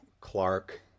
Clark